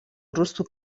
rusų